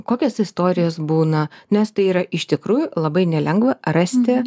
kokios istorijos būna nes tai yra iš tikrųjų labai nelengva rasti